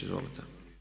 Izvolite.